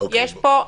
יש פה --- אוקיי.